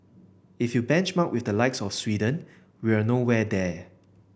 if you benchmark with the likes of Sweden we're nowhere there